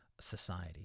society